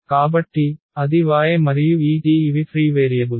కాబట్టి అది y మరియు ఈ t ఇవి ఫ్రీ వేరియబుల్స్